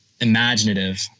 imaginative